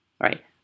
right